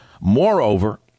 Moreover